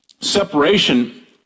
separation